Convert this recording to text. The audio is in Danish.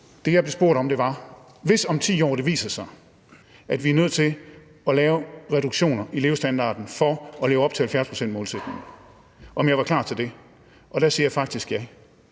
Det, jeg blev spurgt om, var, om jeg, hvis det om 10 år viser sig, at vi er nødt til at lave reduktioner i levestandarden for at leve op til 70-procentsmålsætningen, så er klar til det. Og der siger jeg faktisk ja.